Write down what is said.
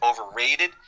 overrated